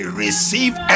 receive